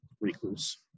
recluse